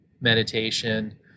meditation